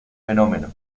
fenómeno